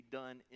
done